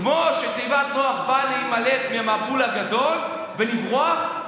כמו שתיבת נח באה להימלט מהמבול הגדול ולברוח,